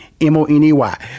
M-O-N-E-Y